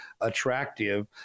attractive